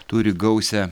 turi gausią